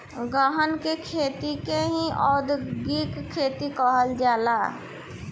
गहन के खेती के ही औधोगिक खेती कहल जाला